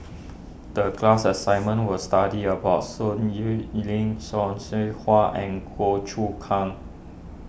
the class assignment was study about Sun Xueling Seow Hwa and Goh Choon Kang